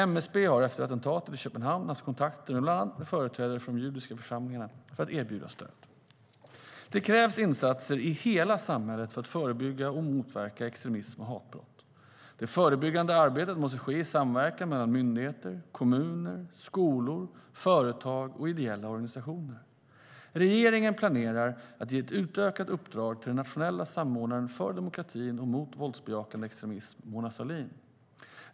MSB har efter attentatet i Köpenhamn haft kontakter med bland annat företrädare för de judiska församlingarna för att erbjuda stöd. Det krävs insatser i hela samhället för att förebygga och motverka extremism och hatbrott. Det förebyggande arbetet måste ske i samverkan mellan myndigheter, kommuner, skolor, företag och ideella organisationer. Regeringen planerar att ge ett utökat uppdrag till den nationella samordnaren mot våldsam extremism, Mona Sahlin.